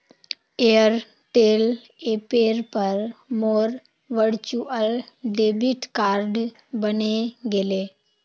Airtel ऐपेर पर मोर वर्चुअल डेबिट कार्ड बने गेले